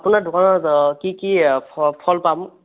আপোনাৰ দোকানত কি কি ফ ফল পাম